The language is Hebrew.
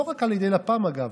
לא רק על ידי לפ"מ, אגב.